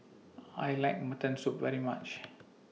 I like Mutton Soup very much